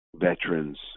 veterans